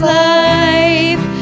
life